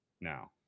now